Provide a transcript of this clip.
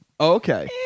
okay